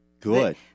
Good